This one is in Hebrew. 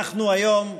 אנחנו היום החלטנו,